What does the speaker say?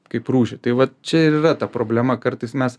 kaip rūšį tai vat čia ir yra ta problema kartais mes